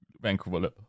Vancouver